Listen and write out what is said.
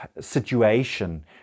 situation